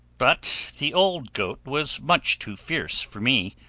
but the old goat was much too fierce for me,